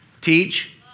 Teach